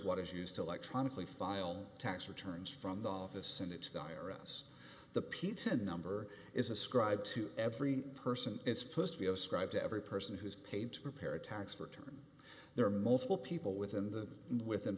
what is used to electronically file tax returns from the office and it's the i r s the pizza number is ascribed to every person it's supposed to be ascribed to every person who's paid to prepare a tax return there are multiple people within the within